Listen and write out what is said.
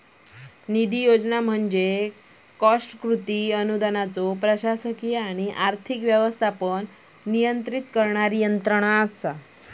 निधी योजना म्हणजे कॉस्ट कृती अनुदानाचो प्रशासकीय आणि आर्थिक व्यवस्थापन नियंत्रित करणारी यंत्रणा